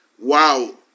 Wow